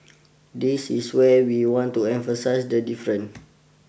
this is where we want to emphasize the different